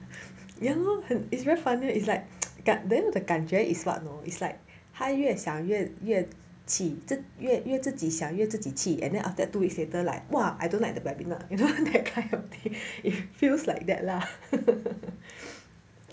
ya lor it's very funny it's like that then the 感觉 is what you know it's like 他越想越越气越自己想越自己气 and then after two weeks later like !wah! I don't like the webinar you know that kind of thing it feels like that lah